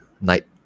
night